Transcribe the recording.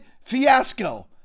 fiasco